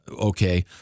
okay